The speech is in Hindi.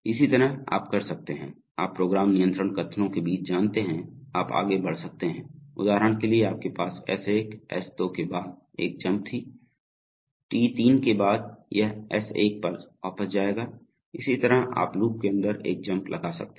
इसी तरह आप कर सकते हैं आप प्रोग्राम नियंत्रण कथनों के बीच जानते हैं आप आगे बढ़ सकते हैं उदाहरण के लिए आपके पास S1 S2 के बाद एक जम्प थी T3 के बाद यह S1 पर वापस जाएगा इसी तरह आप लूप के अंदर एक जम्प लगा सकते हैं